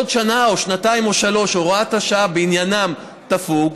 עוד שנה או שנתיים או שלוש הוראת השעה בעניינם תפוג,